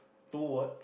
two word